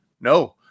no